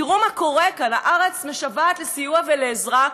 תראו מה קורה כאן: הארץ משוועת לסיוע ולעזרה,